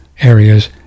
areas